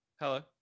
Hello